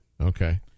Okay